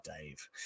Dave